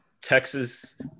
texas